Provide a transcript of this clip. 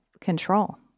control